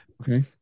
Okay